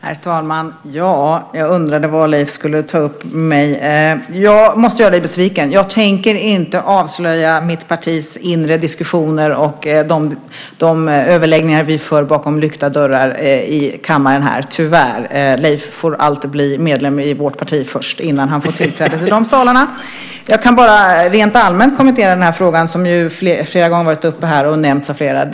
Herr talman! Jag undrade vad Leif skulle ta upp med mig. Jag måste göra honom besviken. Jag tänker inte här i kammaren avslöja mitt partis inre diskussioner och de överläggningar som vi för bakom lyckta dörrar, tyvärr. Leif får allt bli medlem i vårt parti innan han får tillträde till de salarna. Jag kan bara rent allmänt kommentera frågan, som ju flera gånger har nämnts av flera här.